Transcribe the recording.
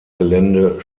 gelände